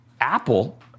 Apple